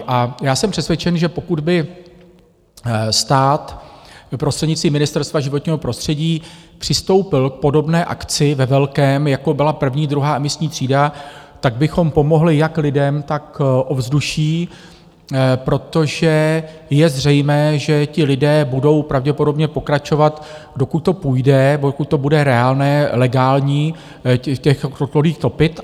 A já jsem přesvědčen, že pokud by stát prostřednictvím Ministerstva životního prostředí přistoupil k podobné akci ve velkém, jako byla 1., 2. emisní třída, tak bychom pomohli jak lidem, tak ovzduší, protože je zřejmé, že ti lidé budou pravděpodobně pokračovat, dokud to půjde, pokud to bude reálné, legální v těch kotlích topit.